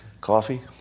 coffee